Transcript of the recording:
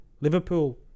Liverpool